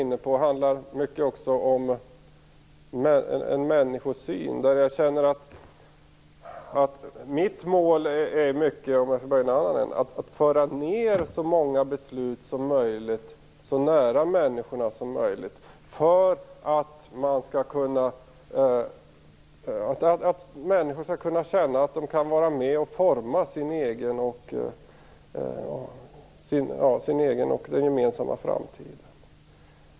Om jag skall börja i en annan ända kan jag säga att mitt mål är att föra ned så många beslut som möjligt så nära människorna som möjligt, för att människor skall kunna känna att de kan vara med och forma sin egen och vår gemensamma framtid.